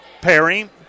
Perry